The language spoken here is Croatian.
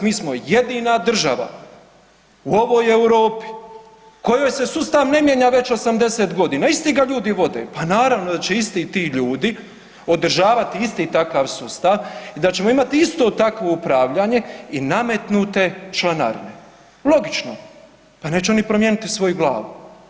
Mi smo jedina država u ovoj Europi kojoj se sustav ne mijenja 80 godina, isti ga ljudi vode, pa naravno da će isti ti ljudi održavati isti takav sustav i da ćemo imati isto takvo upravljanje i nametnute članarine, logično, pa neće oni promijeniti svoju glavu.